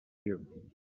you